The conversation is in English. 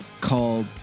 Called